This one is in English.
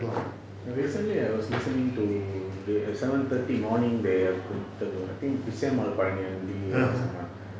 recently I was listening to seven thirty morning they have interview I think pisyammal palaniaandi or someone